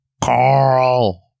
Carl